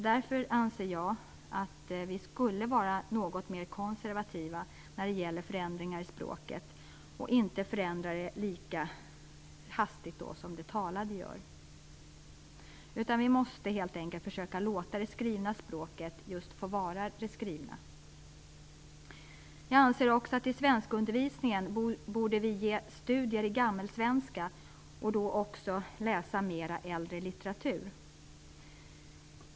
Jag anser att vi borde vara något mer konservativa när det gäller förändringar i skriftspråket och inte förändra det lika hastigt som det talade. Vi måste helt enkelt försöka låta det skrivna språket få vara det skrivna. Jag anser att det i svenskundervisningen borde ingå studier av gammalsvenska och att dessa borde innefatta mer läsning av äldre litteratur.